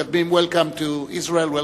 רצוני לשאול: 1. מדוע לא שולמה תוספת בהתאמה גם